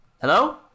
hello